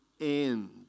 end